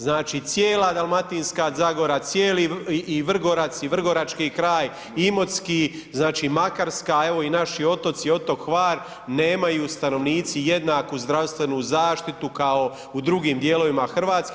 Znači cijela Dalmatinska zagora, cijeli i Vrgorac i vrgorački kraj i Imotski, znači Makarska, a evo i naši otoci, otok Hvar nemaju stanovnici jednaku zdravstvenu zaštitu kao u drugim dijelovima Hrvatske.